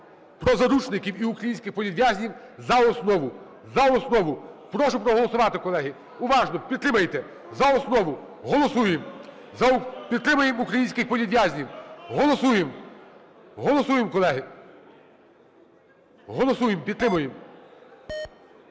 про заручників і українських політв'язнів за основу, за основу. Прошу проголосувати, колеги. Уважно. Підтримайте за основу. Голосуємо. Підтримаємо українських політв'язнів. Голосуємо. Голосуємо, колеги. Голосуємо. Підтримуємо.